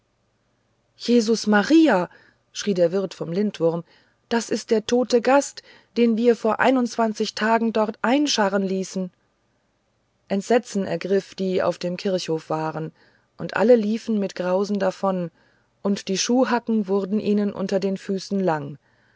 jesus maria schrie der wirt vom lindwurm das ist der tote gast den wir vor einundzwanzig tagen dort einscharren ließen entsetzen ergriff die auf dem kirchhof waren und alle liefen mit grausen davon und die schuhhacken wurden ihnen unter den füßen lang